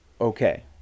Okay